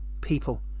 people